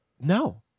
No